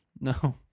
no